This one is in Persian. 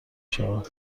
شود